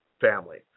family